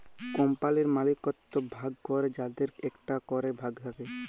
কম্পালির মালিকত্ব ভাগ ক্যরে যাদের একটা ক্যরে ভাগ থাক্যে